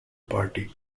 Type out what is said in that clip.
party